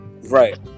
Right